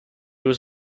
was